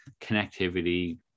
connectivity